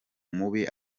mubi